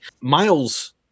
Miles